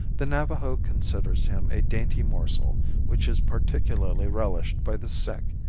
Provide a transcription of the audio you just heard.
the navajo considers him a dainty morsel which is particularly relished by the sick.